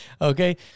Okay